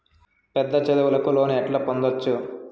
పెద్ద చదువులకు లోను ఎట్లా పొందొచ్చు